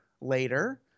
later